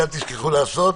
שאל תשכחו לעשות,